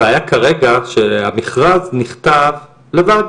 הבעיה כרגע, שהמכרז נכתב לבד.